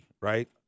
right